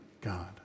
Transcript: God